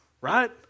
right